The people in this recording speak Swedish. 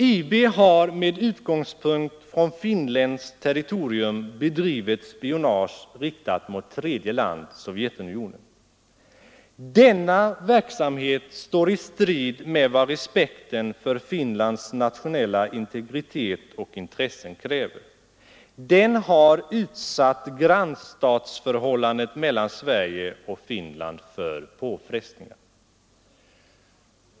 IB har med utgångspunkt från finländskt territorium bedrivit spionage riktat mot tredje land, Sovjetunionen. Denna verksamhet står i strid med vad respekten för Finlands nationella integritet och intressen kräver. Den har utsatt grannstatsförhållandet mellan Sverige och Finland för påfrestningar.